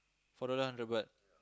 four dollar hundred baht